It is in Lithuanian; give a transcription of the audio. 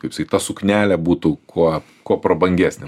kaip sakyta ta suknelė būtų kuo kuo prabangesnė